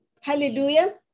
Hallelujah